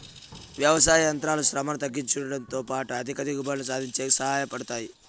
వ్యవసాయ యంత్రాలు శ్రమను తగ్గించుడంతో పాటు అధిక దిగుబడులు సాధించేకి సహాయ పడతాయి